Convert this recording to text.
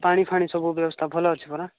ପାଣି ଫାଣି ସବୁ ବ୍ୟବସ୍ଥା ଭଲ ଅଛି ପରା